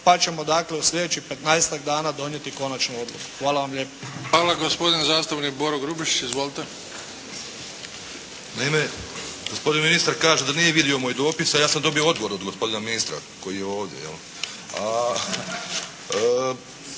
Pa ćemo dakle, u sljedećih 15-ak dana donijeti konačnu odluku. Hvala vam lijepa. **Bebić, Luka (HDZ)** Hvala. Gospodin zastupnik Boro Grubišić, izvolite. **Grubišić, Boro (HDSSB)** Naime, gospodin ministar kaže da nije vidio moj dopis a ja sam dobio odgovor od gospodina ministra koji je ovdje,